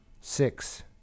Six